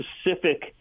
specific